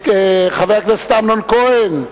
חבר הכנסת אמנון כהן,